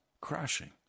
crashing